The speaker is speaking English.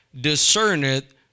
discerneth